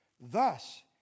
Thus